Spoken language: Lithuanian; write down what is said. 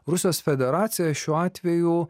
rusijos federacija šiuo atveju